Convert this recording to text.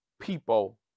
people